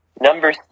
number